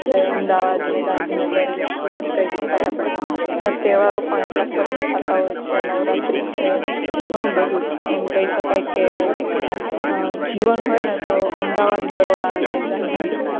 જે અમદાવાદને ગાંધીનગર અને સુરત કહી શકાય આપણે ત્યાં તેહવારો પણ એટલા સરસ થતા હોય છે નવરાત્રિ છે ઘણું બધુ એમ કહી શકાય કે જીવન હોય ને તો અમદાવાદ બરોડા અને ગાંધીનગર